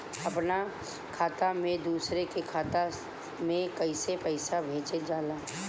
अपने खाता से दूसरे के खाता में कईसे पैसा भेजल जाला?